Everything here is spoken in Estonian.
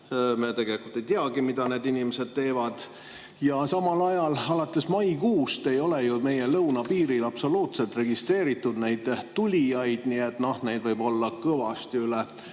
Me tegelikult ei teagi, mida need inimesed teevad. Ja samal ajal alates maikuust ei ole ju meie lõunapiiril absoluutselt registreeritud neid tulijaid, nii et neid võib olla kõvasti üle